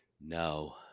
no